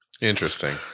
Interesting